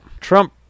Trump